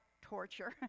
torture